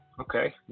okay